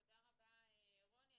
תודה רבה רוני.